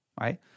right